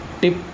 tip